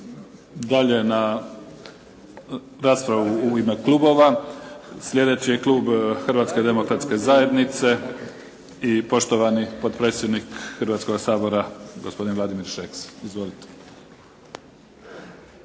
dalje na raspravu u ime klubova. Sljedeći je klub Hrvatske demokratske zajednice i poštovani potpredsjednik Hrvatskoga sabora gospodin Vladimir Šeks. Izvolite.